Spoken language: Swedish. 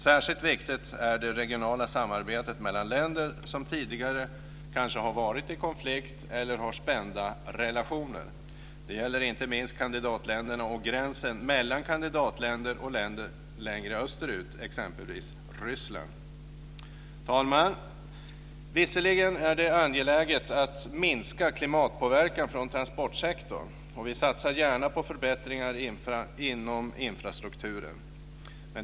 Särskilt viktigt är det regionala samarbetet mellan länder som tidigare kanske har varit i konflikt eller har spända relationer. Det gäller inte minst kandidatländerna och gränsen mellan kandidatländer och länder längre österut, exempelvis Fru talman! Visserligen är det angeläget att minska klimatpåverkan från transportsektorn, och vi satsar gärna på förbättringar inom infrastrukturen.